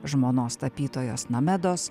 žmonos tapytojos nomedos